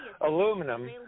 aluminum